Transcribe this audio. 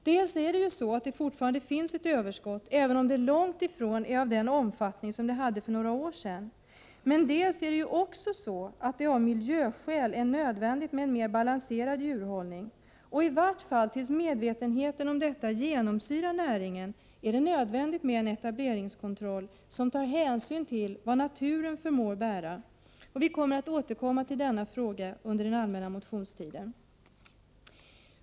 Dels finns det fortfarande ett överskott, även om det långt ifrån är av den omfattning som det hade för några år sedan, dels är det av miljöskäl nödvändigt med en mer balanserad djurhållning. I varje fall tills medvetenheten om detta genomsyrar näringen, är det nödvändigt med en etableringskontroll som tar hänsyn till vad naturen förmår bära. Vi återkommer till denna fråga under den allmänna motionstiden.